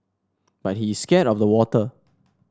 but he is scared of the water